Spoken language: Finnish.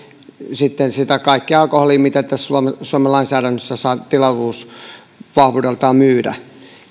sitä kaikkea alkoholia mitä tässä suomen suomen lainsäädännössä saa tilavuusvahvuudeltaan myydä